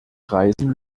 reisen